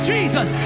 Jesus